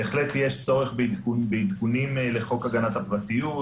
בהחלט יש צורך בעדכונים לחוק הגנת הפרטיות,